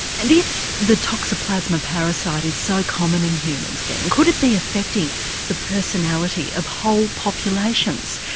and if the toxoplasma parasite is so common in humans then could it be infecting the personality of whole populations?